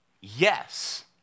Yes